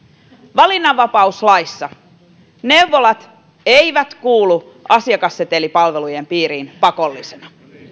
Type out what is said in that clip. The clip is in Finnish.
valinnanvapauslaissa neuvolat eivät kuulu asiakassetelipalvelujen piiriin pakollisena